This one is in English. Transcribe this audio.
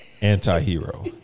Anti-hero